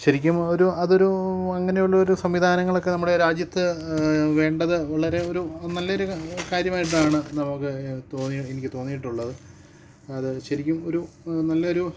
ശരിക്കും ഒരു അതൊരു അങ്ങനെ ഉള്ളൊരു സംവിധാനങ്ങളൊക്കെ നമ്മുടെ രാജ്യത്ത് വേണ്ടത് വളരെ ഒരു നല്ലൊരു കാര്യമായിട്ടാണ് നമുക്ക് തോന്നി എനിക്ക് തോന്നിയിട്ടുള്ളത് അത് ശരിക്കും ഒരു നല്ലൊരു